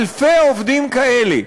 אלפי עובדים כאלה,